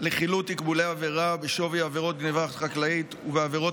תקבולי עבירה בשווי בעבירת גנבה חקלאית ובעבירות